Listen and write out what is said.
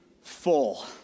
full